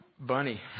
Bunny